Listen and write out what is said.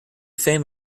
fame